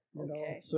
okay